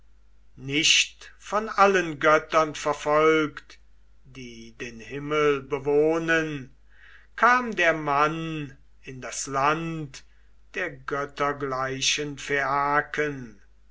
nicht von allen göttern verfolgt die den himmel bewohnen kam der mann in das land der göttergleichen